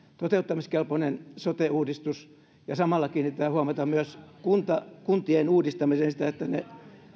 toteuttamiskelpoinen sote uudistus ja samalla kiinnitetään huomiota myös kuntien kuntien uudistamiseen siten että ne